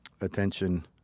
attention